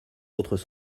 autres